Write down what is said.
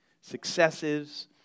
successes